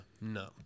no